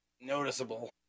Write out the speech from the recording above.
noticeable